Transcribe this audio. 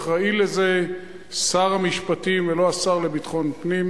אחראי לזה שר המשפטים ולא השר לביטחון פנים,